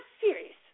serious